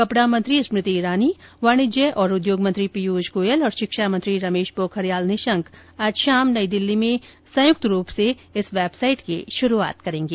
कपड़ा मंत्री स्मृति ईरानी वाणिज्य और उद्योग मंत्री पीयूष गोयल तथा शिक्षा मंत्री रमेश पोखरियाल निशंक आज शाम नई दिल्ली में संयुक्त रूप से वेबसाइट शुरू करेंगे